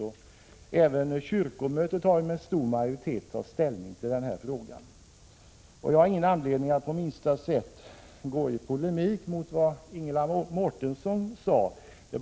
Också kyrkomötet — Prot. 1986/87:36 har med stor majoritet tagit ställning för den uppfattning i frågan som jag 26 november 1986 syftar på. PROPER SOS Jag har ingen anledning att på minsta sätt gå i polemik mot vad Ingela Mårtensson sade.